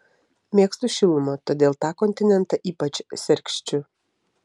mėgstu šilumą todėl tą kontinentą ypač sergsčiu